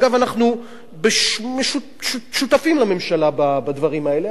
אגב, אנחנו שותפים לממשלה בדברים האלה.